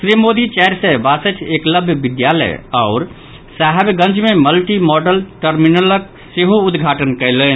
श्री मोदी चारि सय बासठि एकलव्य विद्यालय आओर साहेबगंज मे मल्टी मॉडल टर्मिनलक सेहो उद्घाटन कयलनि